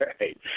right